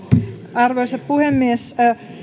arvoisa puhemies